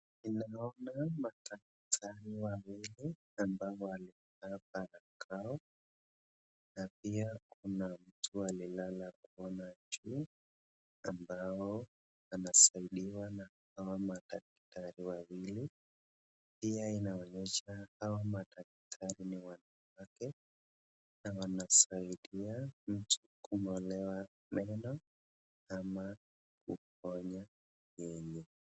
Ninaona madaktari wawili ambao walivaa barakoa na pia kuna mtu alilala kona juu ambao anasaidiwa na hawa madaktari wawili. Pia inaonyesha hawa madaktari ni wanawake na wanasaidia mtu kung'olewa meno ama kuponya yeye.